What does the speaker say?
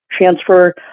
transfer